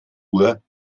uhr